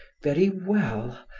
very well.